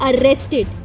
arrested